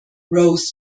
rose